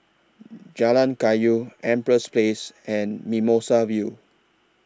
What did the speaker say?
Jalan Kayu Empress Place and Mimosa View